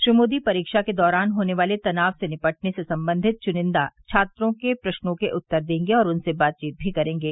श्री मोदी परीक्षा के दौरान होने वाले तनाव से निपटने से संबंधित चुनिंदा छात्रों के प्रश्नों के उत्तर देंगे और उनसे बातचीत भी करेंगे